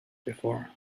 before